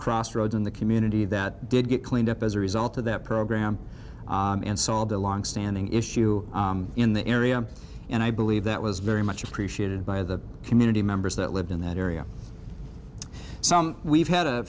crossroads in the community that did get cleaned up as a result of that program and solved a longstanding issue in the area and i believe that was very much appreciated by the community members that lived in that area some we've had a